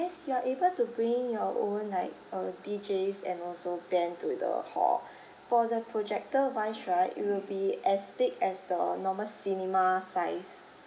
you are able to bring your own like err deejays and also band to the hall for the projector wise right it will be as big as the normal cinema size